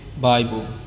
Bible